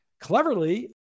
cleverly